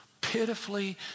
pitifully